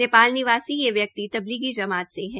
नेपाल निवासी ये व्यक्ति तबलीगी जमात से है